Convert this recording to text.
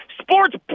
sports